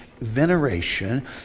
veneration